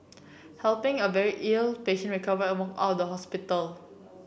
helping a very ill patient recover and walk out the hospital